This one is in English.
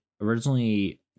originally